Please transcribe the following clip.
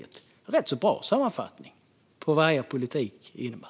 Det är en rätt bra sammanfattning av vad er politik innebär.